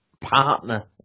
partner